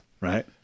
Right